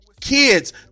kids